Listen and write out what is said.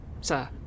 sir